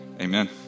Amen